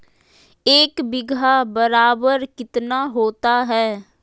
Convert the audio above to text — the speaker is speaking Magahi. एक बीघा बराबर कितना होता है?